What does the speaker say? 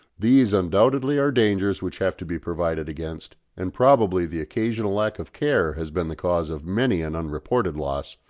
these undoubtedly are dangers which have to be provided against, and probably the occasional lack of care has been the cause of many an unreported loss,